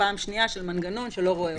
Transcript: ופעם שנייה של מנגנון שלא רואה אותם.